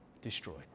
destroyed